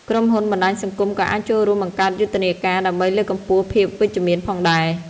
ក្រុមហ៊ុនបណ្ដាញសង្គមក៏អាចចូលរួមបង្កើតយុទ្ធនាការដើម្បីលើកកម្ពស់ភាពវិជ្ជមានផងដែរ។